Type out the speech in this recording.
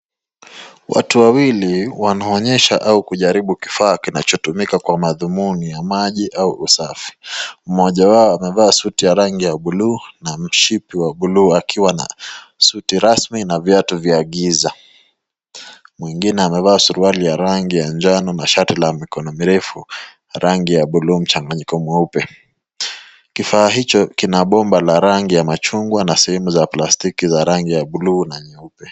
Watu wawili wanaonyesha au kujaribu kifaa kinachotumika kwa madhumuni ya maji au usafi. MMoja wao amevaa suti ya rangi ya buluu na mshipi wa buluu akiwa na suti rasmi na viatu vya giza. Mwingine amevaa suruali ya rangi ya njano na shati la mikono mirefu ya buluu mchanganyiko mweupe. Kifaa hicho kina bomba la rangi ya machungwa na sehemu za plastiki za rangi ya buluu na nyeupe.